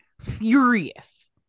furious